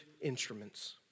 instruments